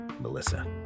Melissa